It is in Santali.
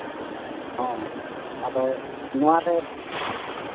ᱦᱚᱸ ᱟᱫᱚ ᱱᱚᱣᱟᱨᱮ